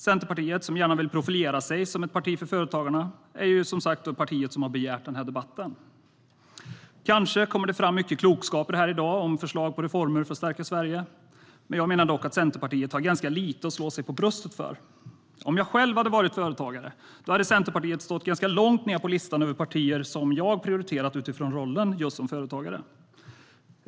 Centerpartiet - som gärna vill profilera sig som ett parti för företagare - är som sagt partiet som har begärt denna debatt. Kanske kommer det fram mycket klokskaper här i dag om förslag på reformer för att stärka Sverige. Jag menar dock att Centerpartiet har ganska lite att slå sig för bröstet för. Om jag själv hade varit företagare hade Centerpartiet stått långt ned på listan över partier jag prioriterat utifrån rollen som företagare.